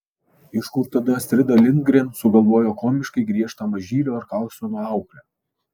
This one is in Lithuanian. iš kur tada astrida lindgren sugalvojo komiškai griežtą mažylio ir karlsono auklę